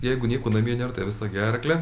jeigu nieko namie nėr tai visa gerkle